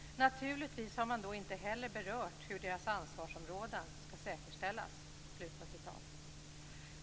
Naturligtvis har man då inte heller berört hur deras ansvarsområden skall säkerställas.